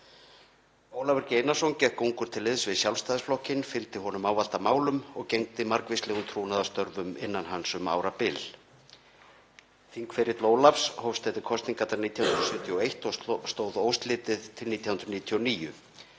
Ólafur G. Einarsson gekk ungur til liðs við Sjálfstæðisflokkinn, fylgdi honum ávallt að málum og gegndi margvíslegum trúnaðarstörfum innan hans um árabil. Þingferill Ólafs hófst eftir kosningarnar 1971 og stóð óslitið til 1999.